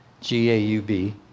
G-A-U-B